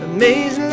Amazing